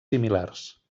similars